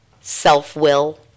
self-will